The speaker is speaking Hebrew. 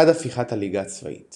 עד הפיכת הליגה הצבאית